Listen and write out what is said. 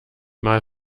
mal